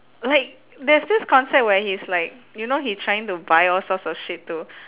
like there's this concept where he's like you know he trying to buy all sorts of shit to